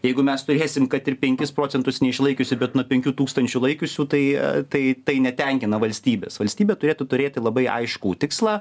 jeigu mes turėsim kad ir penkis procentus neišlaikiusi bet nuo penkių tūkstančių laikiusių tai tai tai netenkina valstybės valstybė turėtų turėti labai aiškų tikslą